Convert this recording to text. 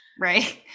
Right